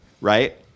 right